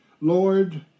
Lord